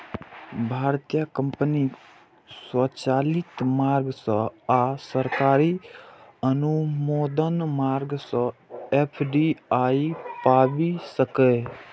भारतीय कंपनी स्वचालित मार्ग सं आ सरकारी अनुमोदन मार्ग सं एफ.डी.आई पाबि सकैए